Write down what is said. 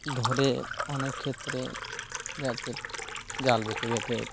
ধরে অনেক ক্ষেত্রে যাতে জাল বাইতে বাইতে